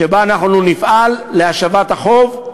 שבה אנחנו נפעל להשבת החוב,